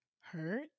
hurt